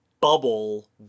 bubble